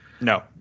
No